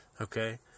okay